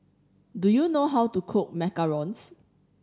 do you know how to cook macarons